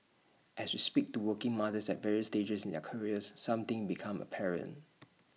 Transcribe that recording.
as we speak to working mothers at various stages in their careers some things become apparent